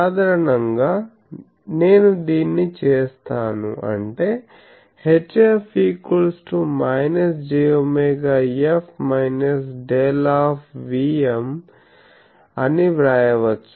సాధారణం గా నేను దీన్ని చేస్తాను అంటే HF jωF ∇ Vm అని వ్రాయవచ్చు